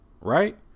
Right